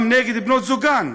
גם נגד בנות-זוגם.